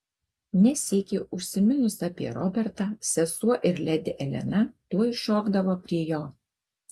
ne sykį užsiminus apie robertą sesuo ir ledi elena tuoj šokdavo prie jo